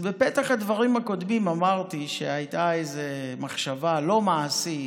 בפתח הדברים הקודמים אמרתי שהייתה מחשבה לא מעשית,